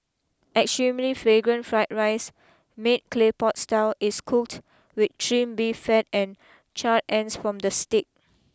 extremely fragrant fried rice made clay pot style is cooked with trimmed beef fat and charred ends from the steak